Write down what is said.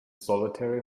solitary